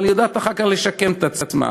אבל היא יודעת אחר כך לשקם את עצמה.